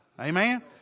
Amen